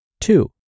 Two